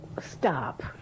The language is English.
stop